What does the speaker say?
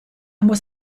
muss